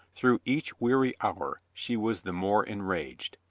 through each weary hour she was the more en raged.